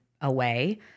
away